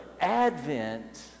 Advent